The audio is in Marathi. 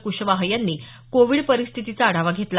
क्शवाह यांनी कोविड परिस्थितीचा आढावा घेतला